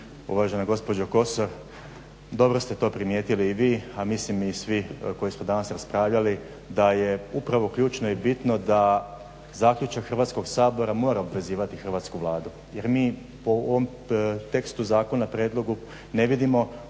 Uvažena gospođo Kosor, dobro ste to primijetili i vi a mislim i svi koji smo danas raspravljali da je upravo ključno i bitno da zaključak Hrvatskog sabora mora obvezivati hrvatsku Vladu. Jer mi po ovom tekstu zakona, prijedlogu ne vidimo